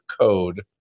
Code